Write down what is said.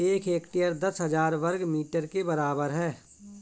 एक हेक्टेयर दस हजार वर्ग मीटर के बराबर है